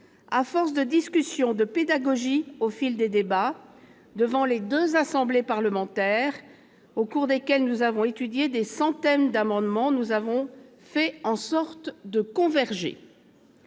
À force de discussions, de pédagogie au fil des débats devant les deux assemblées parlementaires, au cours desquels nous avons étudié des centaines d'amendements, nous avons fait en sorte de converger.